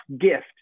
gift